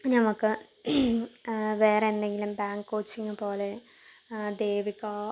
ഞമക്ക് വേറെ എന്തെങ്കിലും ബാങ്ക് കോച്ചിങ്ങ് പോലെ ദേവികാ